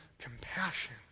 compassion